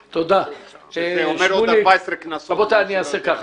הדובר, ערוץ הכנסת,